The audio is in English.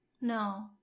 No